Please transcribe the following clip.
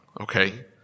okay